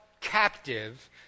captive